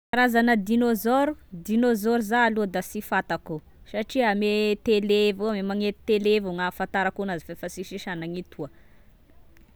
Karazana dinôzôro: dinôzôro za aloha da sy fatako satria ame télé avao; magnety télé avao gny afantarako anazy f'efa sisy e sanagny etoa